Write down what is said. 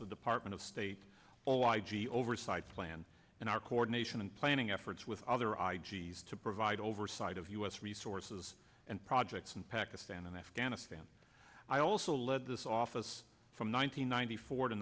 the department of state all i g oversight plan and our coordination and planning efforts with other i g s to provide oversight of u s resources and projects in pakistan and afghanistan i also led this office from nine hundred ninety four to